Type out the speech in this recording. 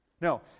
No